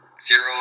zero